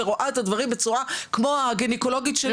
שרואה את הדברים בצורה כמו הגניקולוגית שלי.